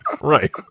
Right